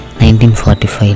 1945